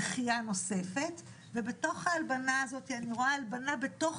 דחייה נוספת ובתוך ההלבנה הזאתי אני רואה הלבנה בתוך